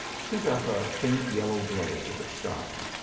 sent up a faint yellow glow to the sky.